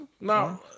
No